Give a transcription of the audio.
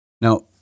Now